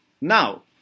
Now